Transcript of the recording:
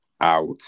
out